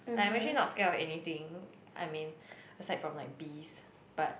I'm actually not scared of anything I mean except for like bees but